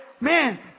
man